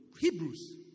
Hebrews